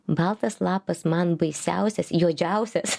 baltas lapas man baisiausias juodžiausias